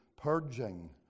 purging